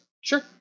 Sure